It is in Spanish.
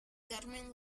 carmen